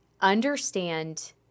understand